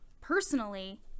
personally